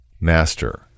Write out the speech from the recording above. Master